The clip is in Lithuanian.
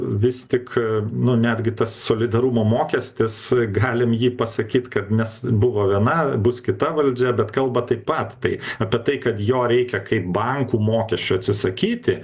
vis tik nu netgi tas solidarumo mokestis galim jį pasakyt kad mes buvo viena bus kita valdžia bet kalba taip pat tai apie tai kad jo reikia kaip bankų mokesčio atsisakyti